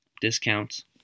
discounts